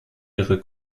ihre